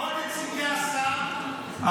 כל נציגי השר ברשויות המקומיות.